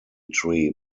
tree